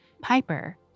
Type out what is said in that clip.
Piper